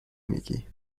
میگی